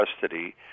custody